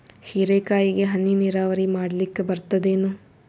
ಹೀರೆಕಾಯಿಗೆ ಹನಿ ನೀರಾವರಿ ಮಾಡ್ಲಿಕ್ ಬರ್ತದ ಏನು?